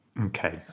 Okay